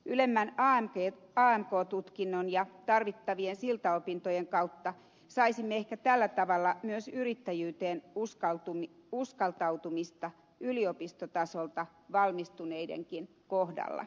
ylemmän amk tutkinnon ja tarvittavien siltaopintojen kautta saisimme ehkä tällä tavalla myös yrittäjyyteen uskaltautumista yliopistotasolta valmistuneidenkin kohdalla